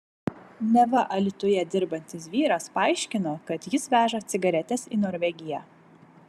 neva alytuje dirbantis vyras paaiškino kad jis veža cigaretes į norvegiją